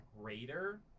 greater